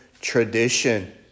tradition